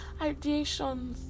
ideations